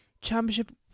championship